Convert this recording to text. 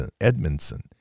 Edmondson